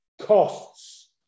Costs